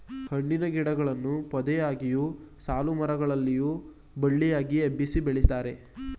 ಹಣ್ಣಿನ ಗಿಡಗಳನ್ನು ಪೊದೆಯಾಗಿಯು, ಸಾಲುಮರ ಗಳಲ್ಲಿಯೂ ಬಳ್ಳಿಯಾಗಿ ಹಬ್ಬಿಸಿ ಬೆಳಿತಾರೆ